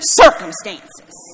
circumstances